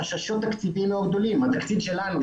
חששות תקציביים מאוד גדולים התקציב שלנו,